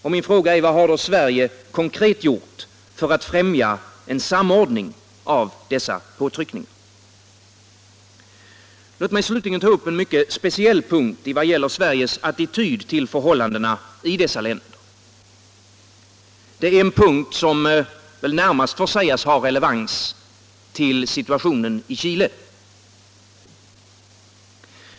Min fråga är: Vad har då Sverige konkret gjort för att främja en samordning av dessa påtryckningar? Låt mig slutligen ta upp en mycket speciell punkt i vad gäller Sveriges attityd till förhållandena i dessa länder — en punkt som närmast kan sägas ha relevans i förhållande till situationen i Chile.